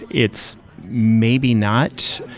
it's maybe not,